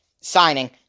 signing